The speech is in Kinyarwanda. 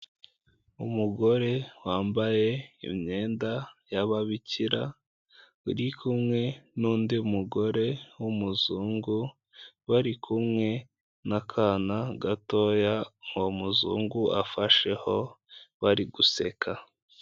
Umugore wambaye imyenda y'ababikira uri kumwe n'undi mugore w'umuzungu bari kumwe n'akana gatoya uwo muzungu afasheho bari guseka.